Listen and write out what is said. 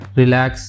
relax